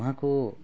उहाँको